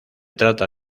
trata